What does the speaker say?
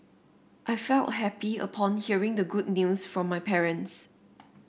I felt happy upon hearing the good news from my parents